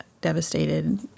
devastated